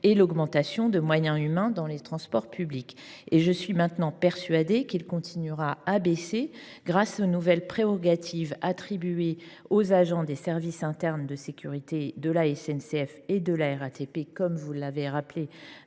et l’augmentation de moyens humains dans les transports publics. Je suis persuadée qu’il continuera à baisser grâce aux nouvelles prérogatives attribuées aux agents des services internes de sécurité de la SNCF et de la RATP et aux nouveaux